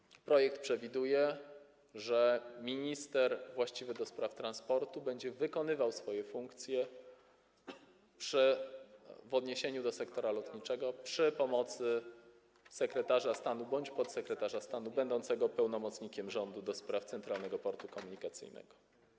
Wreszcie projekt przewiduje, że minister właściwy do spraw transportu będzie wykonywał swoje funkcje w odniesieniu do sektora lotniczego przy pomocy sekretarza stanu bądź podsekretarza stanu będącego pełnomocnikiem rządu do spraw Centralnego Portu Komunikacyjnego.